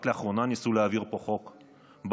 רק לאחרונה ניסו להעביר פה חוק בנושא,